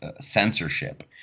censorship